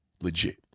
Legit